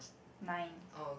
nine